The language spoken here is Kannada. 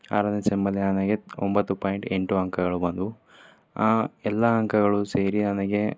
ಆರನೇ ಸೆಮ್ಮಲ್ಲಿ ನನಗೆ ಒಂಬತ್ತು ಪಾಯಿಂಟ್ ಎಂಟು ಅಂಕಗಳು ಬಂದವು ಎಲ್ಲ ಅಂಕಗಳು ಸೇರಿ ನನಗೆ